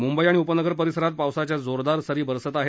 मुंबई आणि उपनगर परिसरात पावसाच्या जोरदार सरी बरसत आहेत